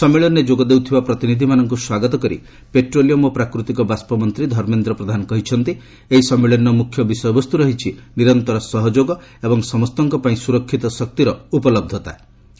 ସମ୍ମିଳନୀରେ ଯୋଗ ଦେଉଥିବା ପ୍ରତିନିଧିମାନଙ୍କୁ ସ୍ୱାଗତ କରି ପେଟ୍ରୋଲିୟମ୍ ଓ ପ୍ରାକୃତିକ ବାଷ୍କ ମନ୍ତ୍ରୀ ଧର୍ମେନ୍ଦ୍ର ପ୍ରଧାନ କହିଛନ୍ତି ଏହି ସମ୍ମିଳନୀର ମୁଖ୍ୟ ବିଷୟବସ୍ତୁ ରହିଛି 'ନିରନ୍ତର ସହଯୋଗ ଏବଂ ସମସ୍ତଙ୍କ ପାଇଁ ସୁରକ୍ଷିତ ଶକ୍ତିର ଉପଲହ୍ଧତା'